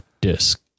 disk